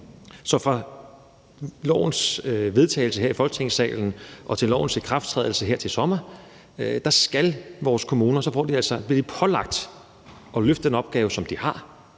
Så fra lovforslagets vedtagelse her i Folketingssalen og til lovens ikrafttrædelse her til sommer skal vores kommuner – det bliver dem pålagt – løfte den opgave, som de har,